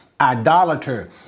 idolater